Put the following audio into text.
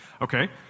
Okay